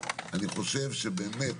אני חושב שבאמת